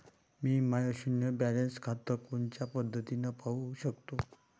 मी माय शुन्य बॅलन्स खातं कोनच्या पद्धतीनं पाहू शकतो?